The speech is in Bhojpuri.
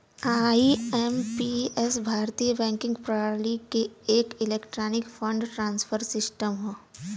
आई.एम.पी.एस भारतीय बैंकिंग प्रणाली क एक इलेक्ट्रॉनिक फंड ट्रांसफर सिस्टम हौ